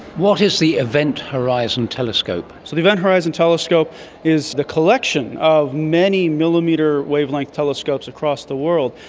what is the event horizon telescope? so the event horizon telescope is the collection of many millimetre wavelengths telescopes across the world,